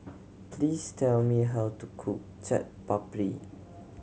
please tell me how to cook Chaat Papri